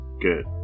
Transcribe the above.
good